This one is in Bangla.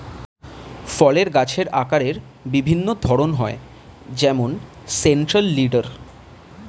ফলের গাছের আকারের বিভিন্ন ধরন হয় যেমন সেন্ট্রাল লিডার